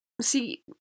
See